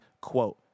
quote